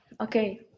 okay